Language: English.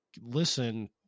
listen